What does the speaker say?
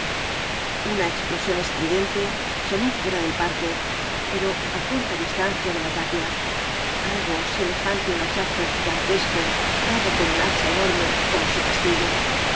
una explosión estridente sonó fuera del parque pero á corta distancia de la tapia algo semejante á un hachazo gigantesco dado con un hacha enorme como su castillo